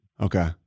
Okay